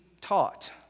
taught